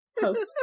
Post